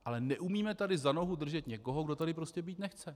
Ale neumíme tady za nohu držet někoho, kdo tady prostě být nechce.